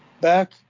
back